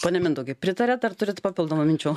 ponai mindaugai pritariat ar turit papildomų minčių